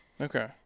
Okay